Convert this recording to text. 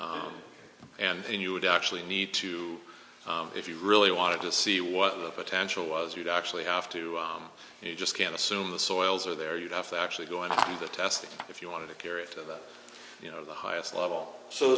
and you would actually need to if you really wanted to see what the potential was you'd actually have to you just can't assume the soils are there you have to actually go and do the testing if you want to carry it to that you know the highest level so